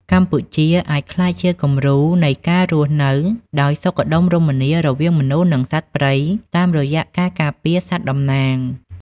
កម្ពុជាអាចក្លាយជាគំរូនៃការរស់នៅដោយសុខដុមរមនារវាងមនុស្ស និងសត្វព្រៃតាមរយៈការការពារសត្វតំណាង។